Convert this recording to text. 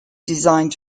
designed